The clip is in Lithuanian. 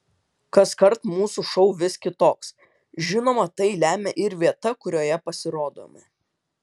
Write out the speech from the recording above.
kaskart mūsų šou vis kitoks žinoma tai lemia ir vieta kurioje pasirodome